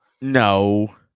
No